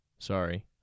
sorry